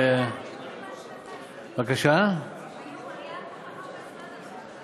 היה כל כך הרבה זמן עד עכשיו.